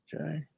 Okay